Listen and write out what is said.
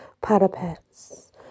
parapets